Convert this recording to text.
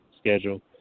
schedule